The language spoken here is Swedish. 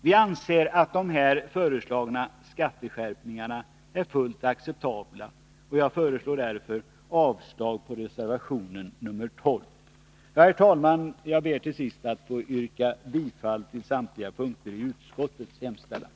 Vi anser att de föreslagna skatteskärpningarna är fullt acceptabla, och jag yrkar därför avslag på reservation 12. Herr talman! Jag vill till sist yrka bifall till samtliga punkter i utskottets hemställan.